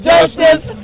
Justice